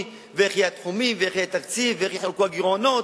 ואיך יהיו התחומים ואיך יהיה התקציב ואיך יחולקו הגירעונות.